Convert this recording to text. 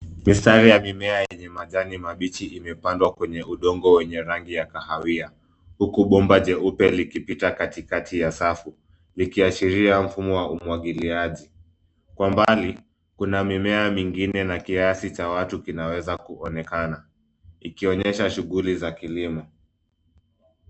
Mistari ya mimea yenye majani mabichi imepandwa kwenye udongo wenye rangi ya kahawia, uku bomba jeupe likipita katikati ya safu likiashiria mfumo wa umwagiliaji. Kwa mbali kuna mimea mingine na kiasi cha watu watu kinaweza kuonekana iikionyesha shuguli za kilimo.